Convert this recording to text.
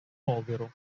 povero